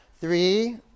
Three